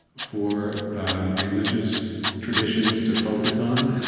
for religious traditions to focus on,